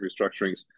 restructurings